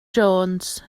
jones